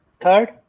Third